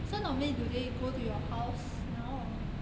so normally do they go to your house now or